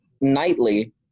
nightly